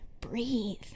breathe